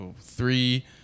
three